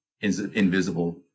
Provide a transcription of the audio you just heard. invisible